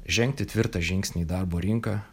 žengti tvirtą žingsnį į darbo rinką